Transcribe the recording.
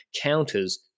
counters